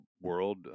world